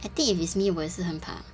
I think if it's me 我也是很怕